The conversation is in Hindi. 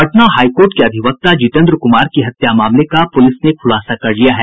पटना हाईकोर्ट के अधिवक्ता जितेन्द्र कुमार की हत्या मामले का पूलिस ने खूलासा कर लिया है